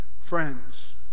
Friends